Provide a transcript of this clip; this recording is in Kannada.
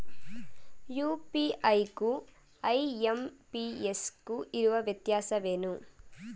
ಯು.ಪಿ.ಐ ಗು ಐ.ಎಂ.ಪಿ.ಎಸ್ ಗು ಇರುವ ವ್ಯತ್ಯಾಸವೇನು?